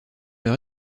leur